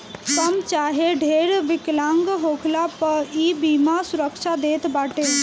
कम चाहे ढेर विकलांग होखला पअ इ बीमा सुरक्षा देत बाटे